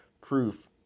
proof